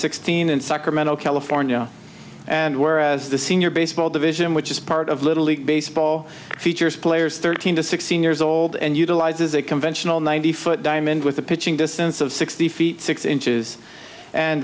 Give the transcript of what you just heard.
sixteen in sacramento california and where as the senior baseball division which is part of little league baseball features players thirteen to sixteen years old and utilizes a conventional ninety foot diamond with a pitching distance of sixty feet six inches and